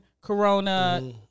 Corona